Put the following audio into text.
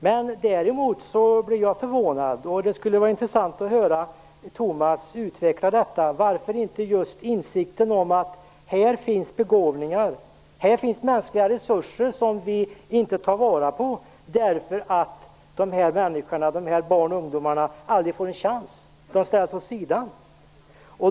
Men det skulle vara intressant att höra Tomas Högström utveckla insikten om att det finns begåvningar och mänskliga resurser som vi inte tar vara på därför att de här barnen och ungdomarna aldrig får en chans utan ställs åt sidan.